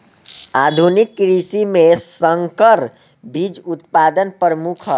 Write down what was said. आधुनिक कृषि में संकर बीज उत्पादन प्रमुख ह